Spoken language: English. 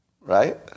Right